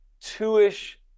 two-ish